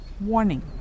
Warning